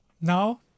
now